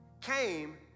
came